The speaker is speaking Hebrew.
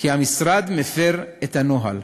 כי המשרד מפר את הנוהל.